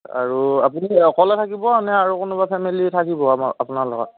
আৰু আপুনি অকলে থাকিব নে আৰু কোনোবা ফেমিলী থাকিব আমাৰ আপোনাৰ লগত